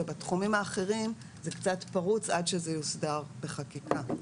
ובתחומים האחרים זה קצת פרוץ עד שזה יוסדר בחקיקה.